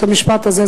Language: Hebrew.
את המשפט הזה,